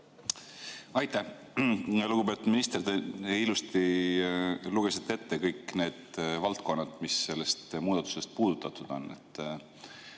Aitäh! Lugupeetud minister! Te ilusti lugesite ette kõik need valdkonnad, mis on sellest muudatusest puudutatud.